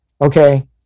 okay